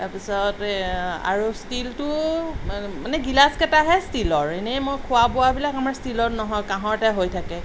তাৰপিছত আৰু ষ্টিলটো মা মানে গিলাচ কেইটাহে ষ্টিলৰ এনেই মোৰ খোৱা বোৱাবিলাক আমাৰ ষ্টিলত নহয় কাঁহতে হৈ থাকে